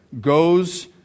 goes